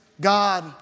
God